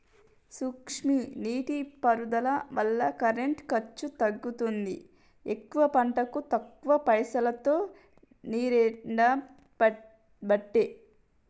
సూక్ష్మ నీటి పారుదల వల్ల కరెంటు ఖర్చు తగ్గుతుంది ఎక్కువ పంటలకు తక్కువ పైసలోతో నీరెండబట్టే